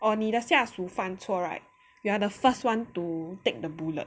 or 你的下属犯错 right you are the first one to take the bullet